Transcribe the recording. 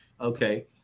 Okay